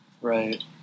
Right